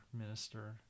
minister